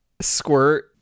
squirt